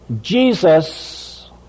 Jesus